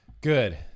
Good